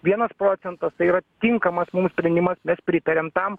vienas procentas tai yra tinkamas mums sprendimas mes pritariam tam